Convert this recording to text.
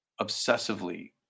obsessively